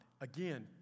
Again